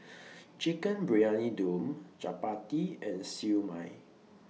Chicken Briyani Dum Chappati and Siew Mai